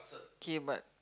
K but